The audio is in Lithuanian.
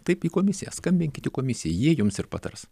taip į komisiją skambinkit į komisiją jie jums ir patars